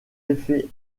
effets